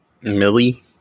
millie